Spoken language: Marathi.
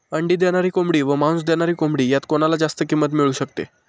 अंडी देणारी कोंबडी व मांस देणारी कोंबडी यात कोणाला जास्त किंमत मिळू शकते?